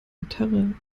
gitarre